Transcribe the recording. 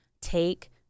take